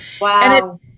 Wow